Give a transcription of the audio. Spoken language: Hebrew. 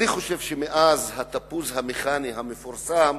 אני חושב שמאז "התפוז המכני" המפורסם,